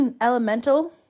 Elemental